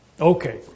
Okay